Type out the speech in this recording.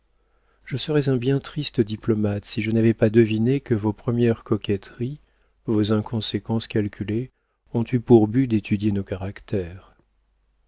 je serais un bien triste diplomate si je n'avais pas deviné que vos premières coquetteries vos inconséquences calculées ont eu pour but d'étudier nos caractères